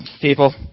people